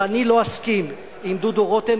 אם אני לא אסכים עם דודו רותם,